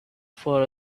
far